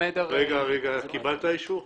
עבד אל חכים חאג' יחיא (הרשימה המשותפת):